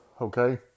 okay